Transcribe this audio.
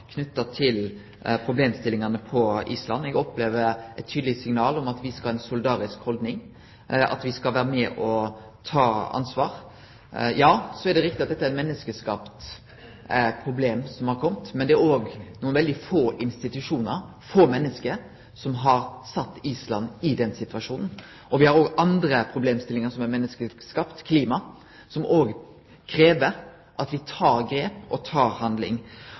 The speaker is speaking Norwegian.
opplever eit tydeleg signal om at me skal ha ei solidarisk holdning, at me skal vere med og ta ansvar. Ja, det er riktig at dette er eit menneskeskapt problem, men det er nokre veldig få institusjonar og få menneske som har sett Island i denne situasjonen, og me har òg andre problemstillingar som er menneskeskapte, klimaet, som krev at me tek grep og